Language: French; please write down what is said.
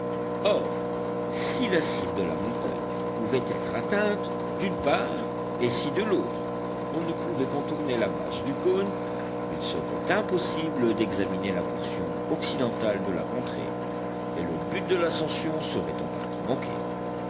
si la cime de la montagne ne pouvait être atteinte d'une part et si de l'autre on ne pouvait contourner la base du cône il serait impossible d'examiner la portion occidentale de la contrée et le but de l'ascension serait en partie manqué